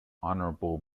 honorable